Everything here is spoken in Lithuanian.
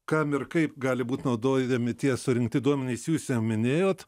kam ir kaip gali būt naudojami tie surinkti duomenys jūs jau minėjot